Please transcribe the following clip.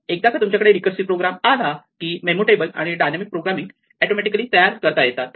एकदा का तुमच्याकडे रिकर्सिव प्रोग्राम आला की मेमो टेबल आणि डायनॅमिक प्रोग्रामिंग ऑटोमॅटिकली तयार करता येतात